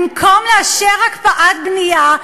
במקום לאשר הקפאת בנייה,